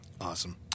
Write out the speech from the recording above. Awesome